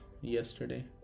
yesterday